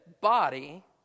body